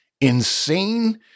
insane